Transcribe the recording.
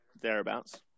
thereabouts